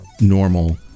normal